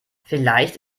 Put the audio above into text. vielleicht